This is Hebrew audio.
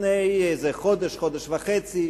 לפני איזה חודש או חודש וחצי,